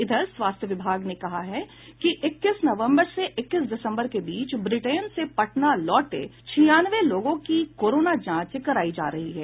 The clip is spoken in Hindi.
इधर स्वास्थ्य विभाग ने कहा है कि इक्कीस नवम्बर से इक्कीस दिसम्बर के बीच ब्रिटेन से पटना लौटे छियानवे लोगों की कोरोना जांच करायी जा रही है